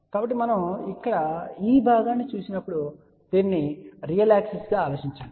కాబట్టి మనం ఇక్కడ ఈ భాగాన్ని చూసినప్పుడు దీనిని రియల్ యాక్సెస్ గా ఆలోచించండి